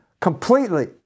completely